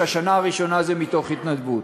כשהשנה הראשונה היא בהתנדבות.